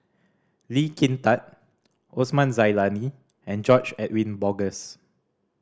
Lee Kin Tat Osman Zailani and George Edwin Bogaars